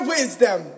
Wisdom